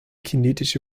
kinetische